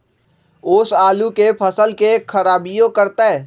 ओस आलू के फसल के खराबियों करतै?